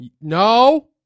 No